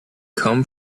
come